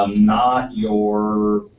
um not your